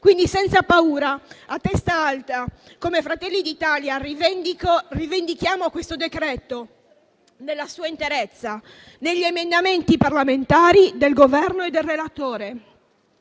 Quindi senza paura, a testa alta, come Fratelli d'Italia, rivendichiamo questo decreto-legge nella sua interezza, negli emendamenti parlamentari, del Governo e del relatore.